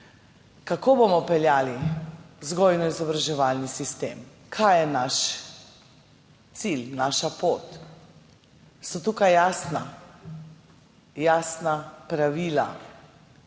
kako bomo peljali vzgojno-izobraževalni sistem? Kaj je naš cilj, naša pot? So tukaj jasna pravila?